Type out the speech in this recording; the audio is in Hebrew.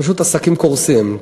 פשוט עסקים קורסים.